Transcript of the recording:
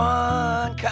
one